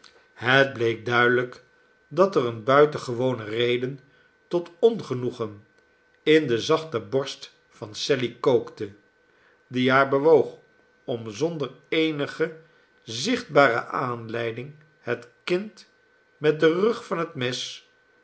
het bleek duidelijk dat er eene buitengewone reden tot ongenoegen in de zachte borst van sally kookte die haar bewoog om zonder eenige zichtbare aanleiding het kind met den rug van het mes